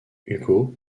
hugo